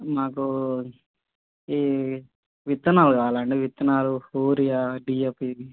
నాకు ఈ విత్తనాలు కావాలండి విత్తనాలు ఫొరియా డియఫ్ఈబి